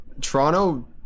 Toronto